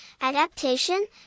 adaptation